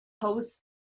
post